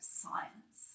science